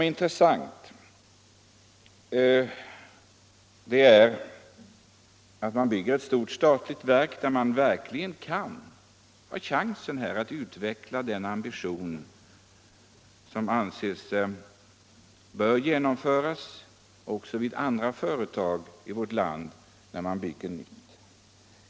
För det andra: Om man bygger ett stort statligt verk, har man verkligen chansen att utveckla den ambition som man anser bör finnas också vid andra företag i vårt land när man bygger nytt.